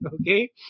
okay